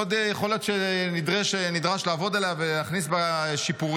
עוד יכול להיות שנדרש לעבוד עליה ולהכניס בה שיפורים,